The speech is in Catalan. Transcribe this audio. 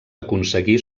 aconseguí